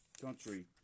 country